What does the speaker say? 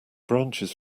branches